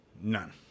None